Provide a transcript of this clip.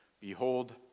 Behold